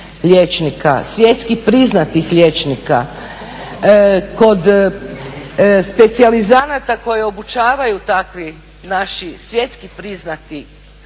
svjetski priznatih liječnika, kod specijalizanata koji obučavaju takvi naši svjetski priznati liječnici